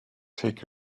take